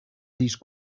these